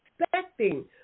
expecting